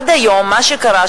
עד היום מה שקרה,